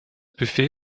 buffet